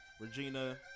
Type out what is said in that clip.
regina